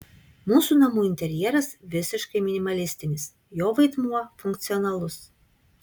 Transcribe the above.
mūsų namų interjeras visiškai minimalistinis jo vaidmuo funkcionalus